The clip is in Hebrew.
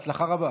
בהצלחה רבה.